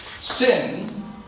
Sin